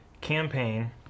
campaign